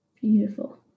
Beautiful